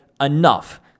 Enough